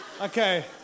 Okay